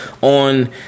on